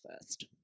first